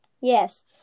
Yes